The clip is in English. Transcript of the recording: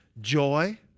Joy